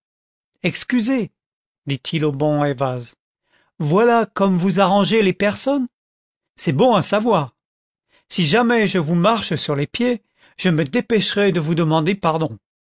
excusez dit-il au bon ayvaz voilà comme vous arrangez les personnes c'est bon à savoir content from google book search generated at si jamais je vous marche sur le pied je me dépêcherai de vous demander pardon